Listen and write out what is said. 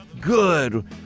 good